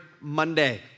Monday